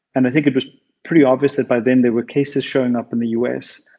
and i think it was pretty obvious that by then there were cases showing up in the us.